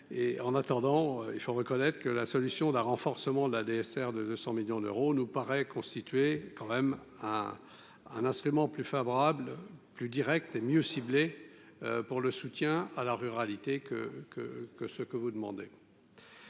en attendant, il faut reconnaître que la solution d'un renforcement de la DSR de 200 millions d'euros nous paraît constituer quand même à un instrument plus favorable, plus Direct et mieux ciblé pour le soutien à la ruralité que que que ce que vous demandez.